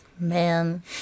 man